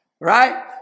right